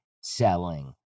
selling